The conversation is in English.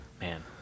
man